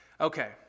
Okay